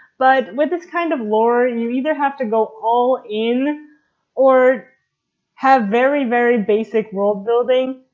but with this kind of lore and you either have to go all in or have very very basic world building,